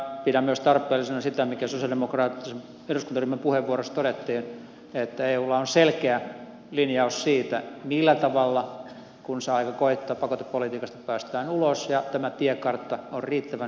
pidän myös tarpeellisena sitä mikä sosialidemokraattisen eduskuntaryhmän puheenvuorossa todettiin että eulla on selkeä linjaus siitä millä tavalla kun se aika koittaa pakotepolitiikasta päästään ulos ja tämä tiekartta on riittävän selkeä kaikille